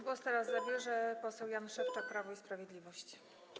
Głos teraz zabierze poseł Jan Szewczak, Prawo i Sprawiedliwość.